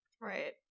Right